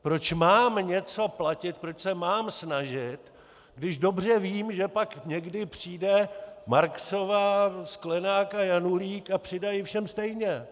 Proč mám něco platit, proč se mám snažit, když dobře vím, že pak někdy přijde Marksová, Sklenák a Janulík a přidají všem stejně.